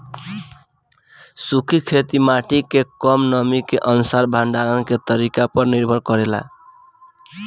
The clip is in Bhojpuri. सूखी खेती माटी के कम नमी के अनुसार भंडारण के तरीका पर निर्भर करेला